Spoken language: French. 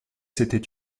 c’était